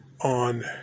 on